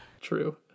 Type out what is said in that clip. True